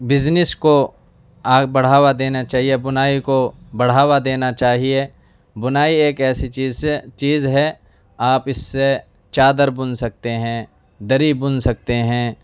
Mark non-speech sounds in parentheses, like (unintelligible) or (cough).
business کو (unintelligible) بڑھاوا دینا چاہیے بنائی کو بڑھاوا دینا چاہیے بنائی ایک ایسی چیز سے چیز ہے آپ اس سے چادر بن سکتے ہیں دری بن سکتے ہیں